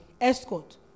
escort